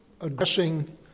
addressing